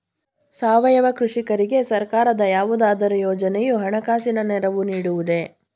ಸಾವಯವ ಕೃಷಿಕರಿಗೆ ಸರ್ಕಾರದ ಯಾವುದಾದರು ಯೋಜನೆಯು ಹಣಕಾಸಿನ ನೆರವು ನೀಡುವುದೇ?